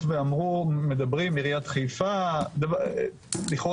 היות ואמרו מדברים עיריית חיפה לכאורה,